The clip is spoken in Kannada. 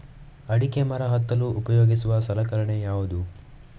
ಅಡಿಕೆ ಮರಕ್ಕೆ ಹತ್ತಲು ಉಪಯೋಗಿಸುವ ಸಲಕರಣೆ ಯಾವುದು?